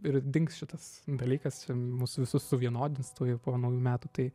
ir dings šitas dalykas čia mus visus suvienodins tuojau po naujųjų metų tai